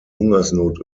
hungersnot